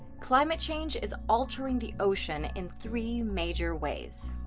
climate change is altering the ocean in three major ways.